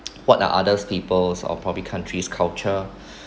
what are others people's or probably country's culture